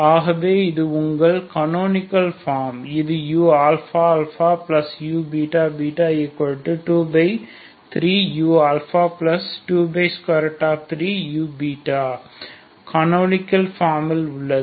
ஆகவே இது உங்கள் கனோனிகள் ஃபார்ம் இது uααuββ23u23u கனோனிகள் ஃபார்ம் இல் உள்ளது